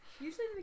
Usually